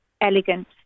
elegant